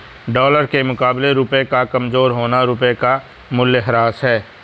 dollar के मुकाबले रुपए का कमज़ोर होना रुपए का मूल्यह्रास है